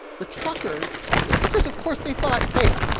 the truckers the truckers, of course, they thought, hey,